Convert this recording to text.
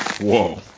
whoa